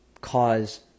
cause